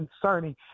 concerning